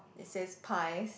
it says pies